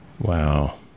wow